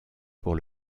pour